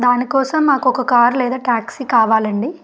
దానికోసం మాకు ఒక కార్ లేదా ట్యాక్సీ కావాలండి